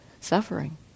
suffering